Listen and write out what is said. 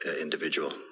individual